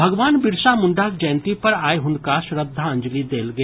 भगवान बिरसा मुंडाक जयंती पर आइ हुनका श्रद्धांजलि देल गेल